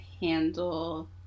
handle